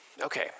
Okay